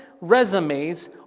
resumes